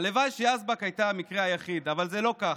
הלוואי שיזבק הייתה המקרה היחיד, אבל זה לא כך.